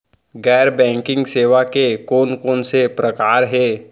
गैर बैंकिंग सेवा के कोन कोन से प्रकार हे?